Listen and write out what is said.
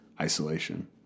isolation